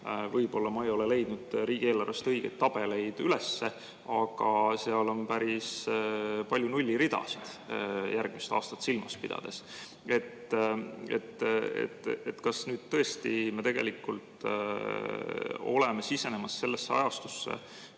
Võib-olla ma ei ole leidnud riigieelarvest õigeid tabeleid üles, aga seal on päris palju nulliridasid, järgmist aastat silmas pidades. Kas tõesti me siseneme sellisesse ajastusse,